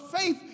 faith